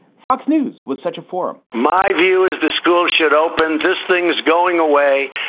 fox news was such a forum my view is the school should open. this thing's going away.